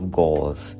goals